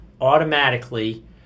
automatically